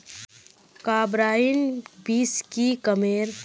Carbine बीस की कमेर?